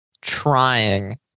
trying